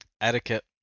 Etiquette